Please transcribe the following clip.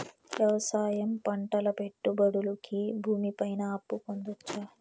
వ్యవసాయం పంటల పెట్టుబడులు కి భూమి పైన అప్పు పొందొచ్చా?